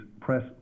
press